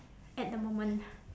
at the moment